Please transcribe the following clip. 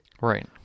Right